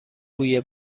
بوی